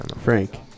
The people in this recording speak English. Frank